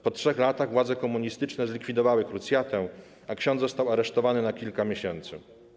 Po 3 latach władze komunistyczne zlikwidowały krucjatę, a ksiądz został aresztowany na kilka miesięcy.